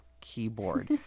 keyboard